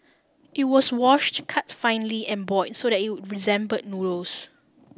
it was washed cut finely and boiled so that it resembled noodles